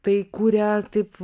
tai kuria taip